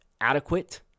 adequate